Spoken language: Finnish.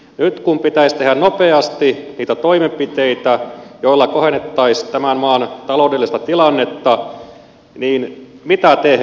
nyt kun pitäisi tehdä nopeasti niitä toimenpiteitä joilla kohennettaisiin tämän maan taloudellista tilannetta niin mitä tehdään